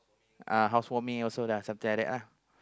uh house warming also lah something like that lah